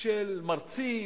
של מרצים,